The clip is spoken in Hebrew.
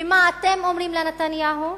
ומה אתם אומרים לנתניהו?